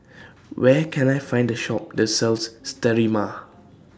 Where Can I Find The Shop that sells Sterimar